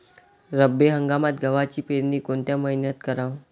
रब्बी हंगामात गव्हाची पेरनी कोनत्या मईन्यात कराव?